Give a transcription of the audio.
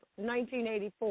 1984